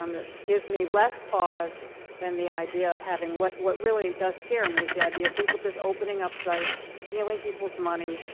um gives me less pause than the idea of having what what really does scare me is the idea of people just opening up sites, stealing people's money,